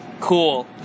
Cool